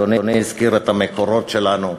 אדוני הזכיר את המקורות שלנו,